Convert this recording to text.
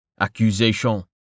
accusation